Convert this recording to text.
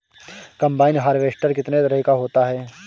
Combine harvester कितने तरह का होता है?